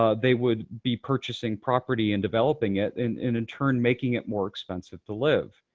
ah they would be purchasing property and developing it, and in and turn making it more expensive to live.